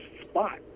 spot